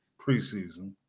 preseason